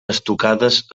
estucades